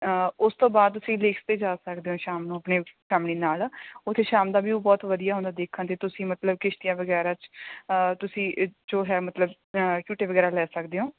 ਉਸ ਤੋਂ ਬਾਅਦ ਤੁਸੀਂ ਲੇਕ 'ਤੇ ਜਾ ਸਕਦੇ ਆ ਸ਼ਾਮ ਨੂੰ ਆਪਣੀ ਫੈਮਲੀ ਨਾਲ ਉੱਥੇ ਸ਼ਾਮ ਦਾ ਵੀ ਉਹ ਬਹੁਤ ਵਧੀਆ ਹੁੰਦਾ ਉਹ ਦੇਖਣ ਦੇ ਤੁਸੀਂ ਮਤਲਬ ਕਿਸ਼ਤੀਆਂ ਵਗੈਰਾ 'ਚ ਤੁਸੀਂ ਜੋ ਹੈ ਮਤਲਬ ਝੂਟੇ ਵਗੈਰਾ ਲੈ ਸਕਦੇ ਹੋ